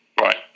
Right